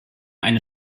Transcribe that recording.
eine